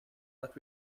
that